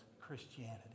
Christianity